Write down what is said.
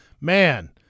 man